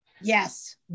yes